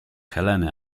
heleny